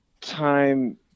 time